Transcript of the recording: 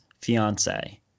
fiance